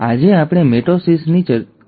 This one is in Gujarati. આજે આપણે મિટોસિસની વાત કરીએ